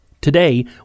Today